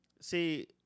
See